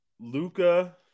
Luca